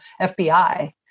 FBI